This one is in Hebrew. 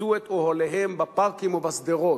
הטו את אוהליהם בפארקים ובשדרות,